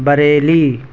Bareilly